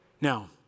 Now